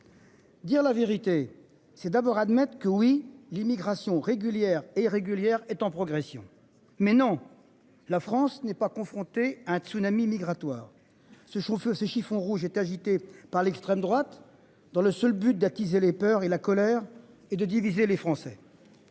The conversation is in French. Dire la vérité, c'est d'abord admettent que oui l'immigration régulière et régulière est en progression mais non la France n'est pas confronté un tsunami migratoire se chauffe ce chiffon rouge est agité par l'extrême droite dans le seul but d'attiser les peurs et la colère et de diviser les Français.